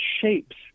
shapes